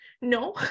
no